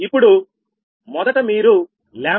ఇప్పుడు మొదట మీరు 𝜆1 𝜆1𝑚in0